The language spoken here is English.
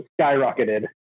skyrocketed